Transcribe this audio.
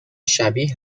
شبیه